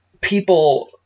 people